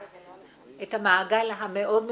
המעגל המאוד מצומצם,